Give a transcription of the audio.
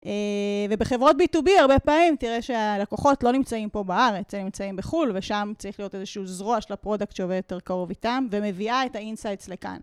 ובחברות B2B הרבה פעמים, תראה שהלקוחות לא נמצאים פה בארץ, אלה נמצאים בחול, ושם צריך להיות איזשהו זרוע של הפרודקט שעובד יותר קרוב איתם, ומביאה את ה-insights לכאן.